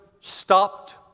stopped